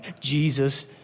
Jesus